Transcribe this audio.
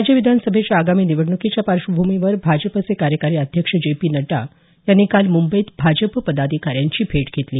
राज्य विधानसभेच्या आगामी निवडण्कीच्या पार्श्वभूमीवर भाजपचे कार्यकारी अध्यक्ष जे पी नड्डा यांनी काल मुंबईत भाजप पदाधिकाऱ्यांची भेट घेतली